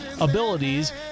abilities